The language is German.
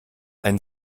ein